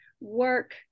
work